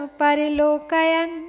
parilokayan